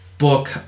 book